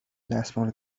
دستمال